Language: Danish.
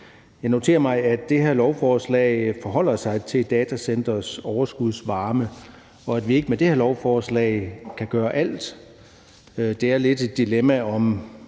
Jeg noterer mig, at det her lovforslag forholder sig til datacentres overskudsvarme, og at vi ikke med det her lovforslag kan gøre alt. Det er lidt et dilemma, om